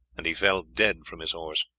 and he fell dead from his horse.